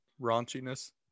raunchiness